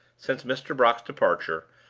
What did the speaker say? since mr. brock's departure,